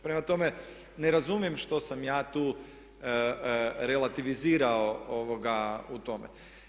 Prema tome, ne razumijem što sam ja tu relativizirao u tome.